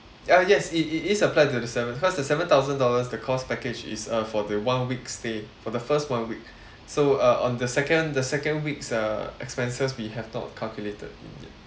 uh yes it it is applied to the seven cause the seven thousand dollars the course package is uh for the one week stay for the first one week so uh on the second the second weeks uh expenses we have not calculated in yet